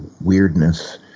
weirdness